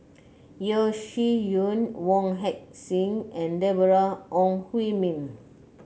Yeo Shih Yun Wong Heck Sing and Deborah Ong Hui Min